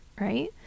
right